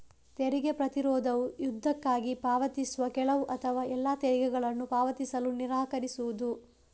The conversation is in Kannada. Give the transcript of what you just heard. ತೆರಿಗೆ ಪ್ರತಿರೋಧವು ಯುದ್ಧಕ್ಕಾಗಿ ಪಾವತಿಸುವ ಕೆಲವು ಅಥವಾ ಎಲ್ಲಾ ತೆರಿಗೆಗಳನ್ನು ಪಾವತಿಸಲು ನಿರಾಕರಿಸುವುದು